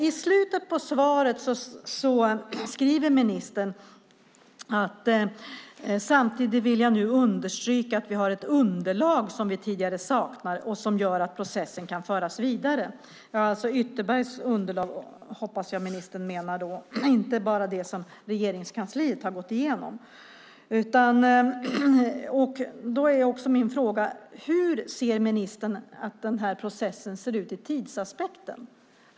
I slutet av svaret skriver ministern: Samtidigt vill jag nu understryka att vi har ett underlag som vi tidigare saknade och som gör att processen kan föras vidare. Jag hoppas att ministern menar Ytterbergs underlag och inte bara det som Regeringskansliet har gått igenom. Hur ser ministern på processen ur en tidsaspekt?